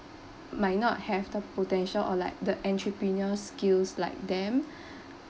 might not have the potential or like the entrepreneur skills like them